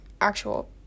actual